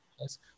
Yes